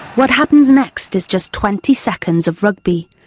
what happens next is just twenty seconds of rugby,